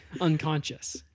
unconscious